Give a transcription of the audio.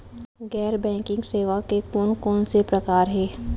गैर बैंकिंग सेवा के कोन कोन से प्रकार हे?